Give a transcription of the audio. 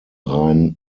rhein